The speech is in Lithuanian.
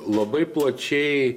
labai plačiai